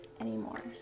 anymore